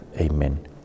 Amen